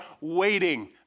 waiting